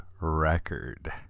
record